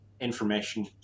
information